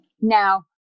Now